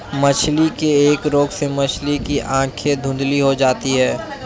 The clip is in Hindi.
मछली के एक रोग से मछली की आंखें धुंधली हो जाती है